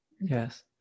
Yes